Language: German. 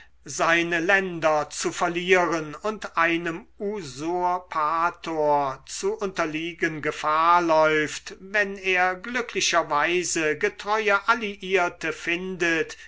seine länder zu verlieren und einem usurpator zu unterliegen gefahr läuft wenn er glücklicherweise getreue alliierte findet